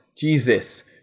Jesus